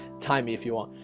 tie me if you want